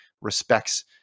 respects